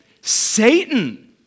Satan